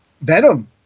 Venom